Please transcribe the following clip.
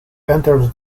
entered